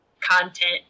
content